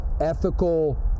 ethical